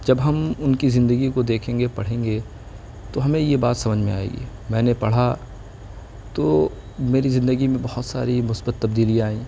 جب ہم ان کی زندگی کو دیکھیں گے پڑھیں گے تو ہمیں یہ بات سمجھ میں آئی ہے میں نے پڑھا تو میری زندگی میں بہت ساری مثبت تبدیلیاں آئیں